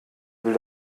will